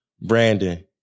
Brandon